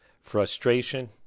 frustration